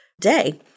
day